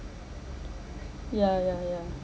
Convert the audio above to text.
ya ya ya